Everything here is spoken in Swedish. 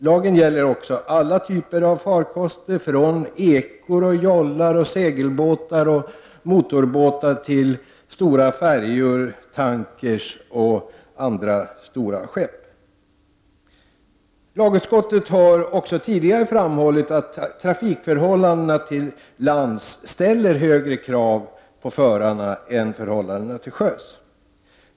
Lagen gäller också alla typer av farkoster, från ekor, jollar, segelbåtar och motorbåtar till stora färjor, tankrar och andra stora skepp. Lagutskottet har också tidigare framhållit att trafikförhållandena till lands ställer högre krav på förarna än förhållandena till sjöss.